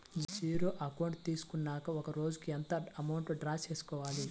Zero account తీసుకున్నాక ఒక రోజుకి ఎంత అమౌంట్ డ్రా చేసుకోవాలి?